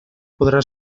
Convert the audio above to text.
podrà